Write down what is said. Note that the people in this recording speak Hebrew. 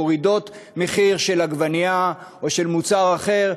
מורידות מחיר של עגבנייה או של מוצר אחר,